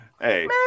hey